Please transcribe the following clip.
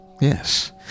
Yes